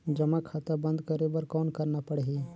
जमा खाता बंद करे बर कौन करना पड़ही?